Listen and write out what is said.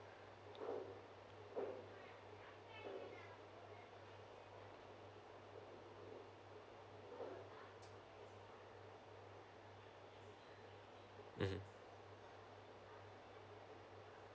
mmhmm